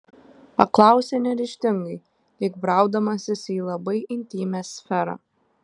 paklausė neryžtingai lyg braudamasis į labai intymią sferą